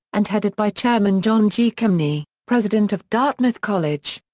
and headed by chairman john g. kemeny, president of dartmouth college.